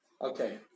Okay